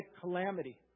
calamity